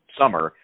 summer